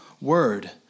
word